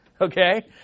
Okay